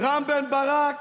רם בן ברק,